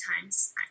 times